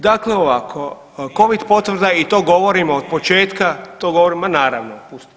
Dakle ovako. ... [[Upadica se ne čuje.]] Covid potvrda i to govorim od početka, ... [[Upadica se ne čuje.]] to govorim, ma naravno.